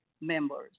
members